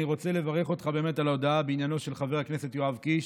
אני רוצה לברך אותך באמת על ההודעה בעניינו של חבר הכנסת יואב קיש,